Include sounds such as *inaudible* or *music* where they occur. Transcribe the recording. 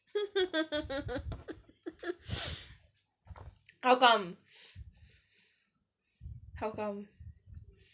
*laughs* how come